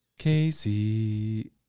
Casey